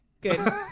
good